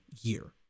year